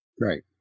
Right